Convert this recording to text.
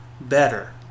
better